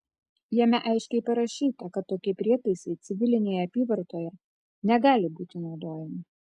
jame aiškiai parašyta kad tokie prietaisai civilinėje apyvartoje negali būti naudojami